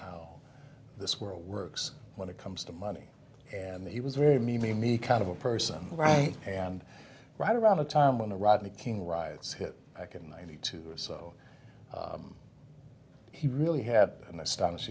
how this world works when it comes to money and he was very me me me kind of a person right and right around the time when the rodney king riots hit back in ninety two or so he really had an ast